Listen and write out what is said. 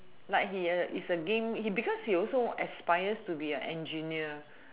like he is a game because he also aspired to be an engineer